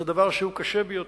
זה דבר שהוא קשה ביותר.